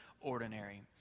ordinary